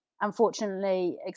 unfortunately